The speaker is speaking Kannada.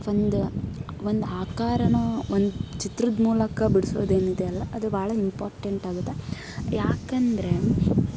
ಒಂದು ಒಂದು ಆಕಾರವೂ ಒಂದು ಚಿತ್ರದ ಮೂಲಕ ಬಿಡಿಸೋದೇನಿದೆ ಅಲ್ಲ ಅದು ಭಾಳ ಇಂಪೋರ್ಟೆಂಟ್ ಆಗುತ್ತೆ ಯಾಕೆಂದರೆ